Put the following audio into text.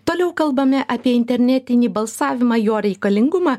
toliau kalbame apie internetinį balsavimą jo reikalingumą